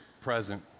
present